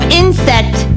insect